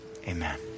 amen